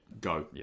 go